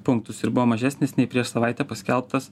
punktus ir buvo mažesnis nei prieš savaitę paskelbtas